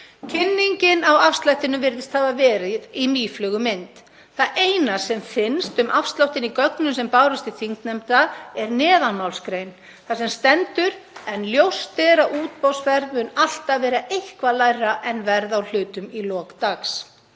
Kynningin á afslættinum virðist hafa verið í mýflugumynd. Það eina sem finnst um afsláttinn í gögnum sem bárust til þingnefnda er neðanmálsgrein þar sem stendur: „En ljóst er að útboðsverð mun alltaf vera eitthvað lægra en verð á hlutum í lok dags.“